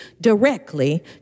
directly